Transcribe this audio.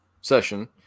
Session